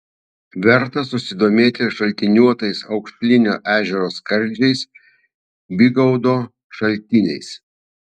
verta susidomėti šaltiniuotais aukšlinio ežero skardžiais bygaudo šaltiniais